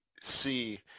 see